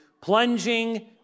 plunging